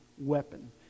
weapon